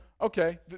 okay